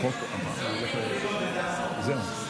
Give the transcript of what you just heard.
כהצעת הוועדה,